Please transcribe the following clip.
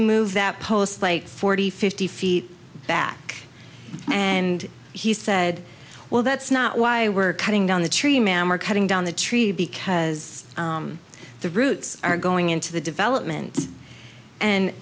move that post like forty fifty feet back and he said well that's not why we're cutting down the tree ma'am we're cutting down the tree because the roots are going into the development and